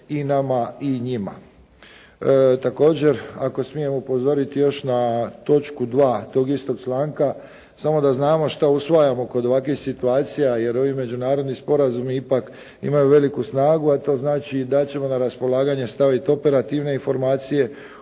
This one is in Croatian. i nama i njima.